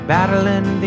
Battling